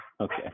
Okay